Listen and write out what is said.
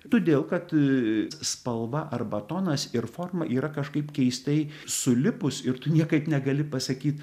todėl kad spalva arba tonas ir forma yra kažkaip keistai sulipus ir tu niekaip negali pasakyt